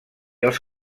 els